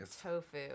tofu